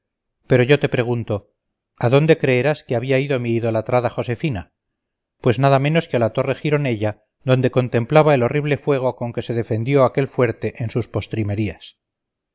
pero yo te pregunto a dónde creerás que había ido mi idolatrada josefina pues nada menos que a la torre gironella donde contemplaba el horrible fuego con que se defendió aquel fuerte en sus postrimerías